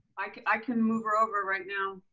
like i can move her over right now.